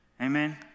amen